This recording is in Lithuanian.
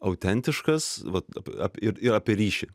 autentiškas vat ir ir apie ryšį